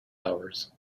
hours